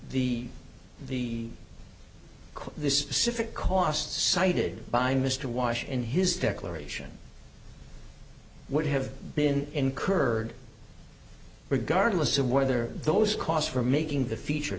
the the the specific costs cited by mr wash in his declaration would have been incurred regardless of whether those costs were making the feature